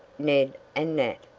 ned and nat,